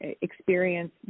experience